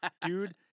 Dude